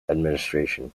administration